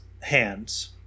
hands